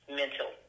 mental